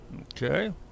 Okay